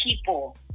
people